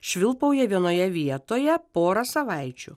švilpauja vienoje vietoje porą savaičių